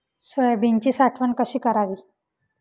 सोयाबीनची साठवण कशी करावी?